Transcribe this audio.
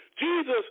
Jesus